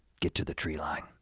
get to the tree line.